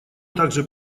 также